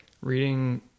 reading